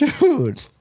Dude